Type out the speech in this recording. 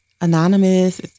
Anonymous